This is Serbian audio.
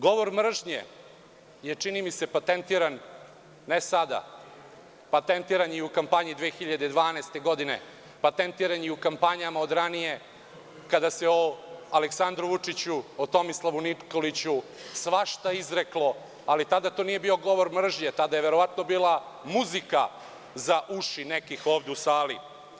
Govor mržnje je, čini mi se, patentiran ne sada, patentiran je i u kampanji 2012. godine, patentiran je i u kampanjama od ranije, kada se o Aleksandru Vučiću, o Tomislavu Nikoliću svašta izreklo, ali tada to nije bio govor mržnje, tada je verovatno bila muzika za uši nekih ovde u sali.